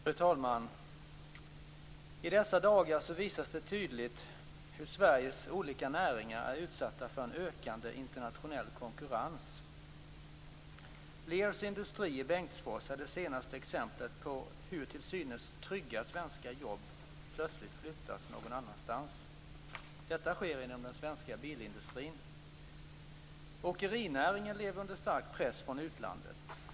Fru talman! I dessa dagar visas det tydligt hur Sveriges olika näringar är utsatta för en ökande internationell konkurrens. Lears industri i Bengtsfors är det senaste exemplet på hur till synes trygga svenska jobb plötsligt flyttas någon annanstans. Detta sker inom den svenska bilindustrin. Åkerinäringen lever under stark press från utlandet.